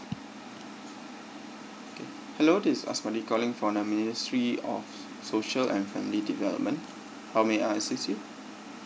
hello this is A S M A D I from the ministry of social and family development how may I assist you